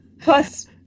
Plus